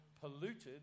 polluted